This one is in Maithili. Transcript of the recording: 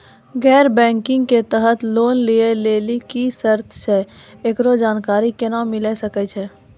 गैर बैंकिंग के तहत लोन लए लेली की सर्त छै, एकरो जानकारी केना मिले सकय छै?